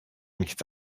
nichts